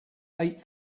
eight